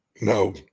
no